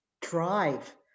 drive